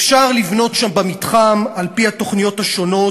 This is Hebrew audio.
אפשר לבנות שם במתחם, על-פי התוכניות השונות,